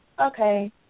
okay